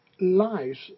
lives